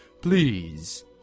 Please